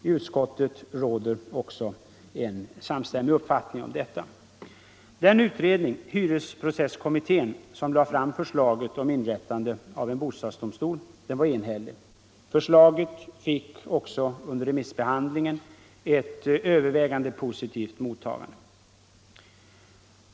I utskottet råder också en samstämmig uppfattning om detta. Den utredning, hyresprocesskommittén, som framlade förslaget om inrättande av en bostadsdomstol var enhällig. Förslaget fick även under remissbehandlingen ett övervägande positivt mottagande.